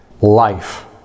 life